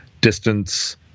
distance